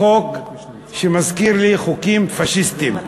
חוק שמזכיר לי חוקים פאשיסטיים,